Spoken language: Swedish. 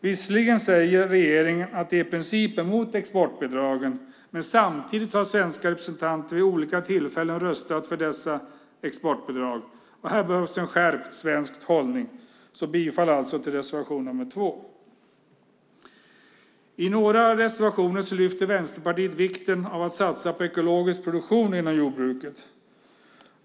Visserligen säger regeringen att de i princip är mot exportbidragen, men samtidigt har svenska representanter vid olika tillfällen röstat för dessa exportbidrag. Här behövs en skärpt svensk hållning. Bifall till reservation nr 2! Fru talman! I några reservationer lyfter Vänsterpartiet upp vikten av att satsa på ekologisk produktion inom jordbruket.